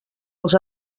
els